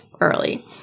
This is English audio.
early